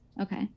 okay